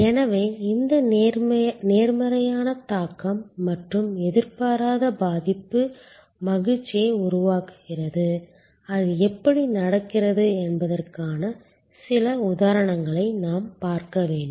எனவே இந்த நேர்மறையான தாக்கம் மற்றும் எதிர்பாராத பாதிப்பு மகிழ்ச்சியை உருவாக்குகிறது அது எப்படி நடக்கிறது என்பதற்கான சில உதாரணங்களை நாம் பார்க்க வேண்டும்